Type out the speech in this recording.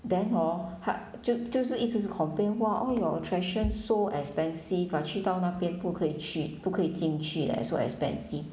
then hor 她就就是一直是 complain !wah! all your attraction so expensive ah 去到那边不可以去不可以进去 eh so expensive